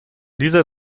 dieser